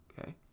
okay